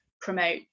promote